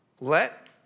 Let